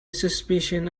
suspicions